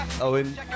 Owen